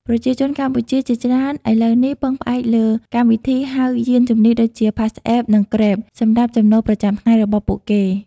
ប្រជាជនកម្ពុជាជាច្រើនឥឡូវនេះពឹងផ្អែកលើកម្មវិធីហៅយានជំនិះដូចជា PassApp និង Grab សម្រាប់ចំណូលប្រចាំថ្ងៃរបស់ពួកគេ។